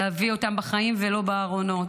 להביא אותם בחיים ולא בארונות.